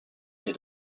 est